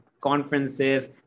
conferences